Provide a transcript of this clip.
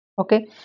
okay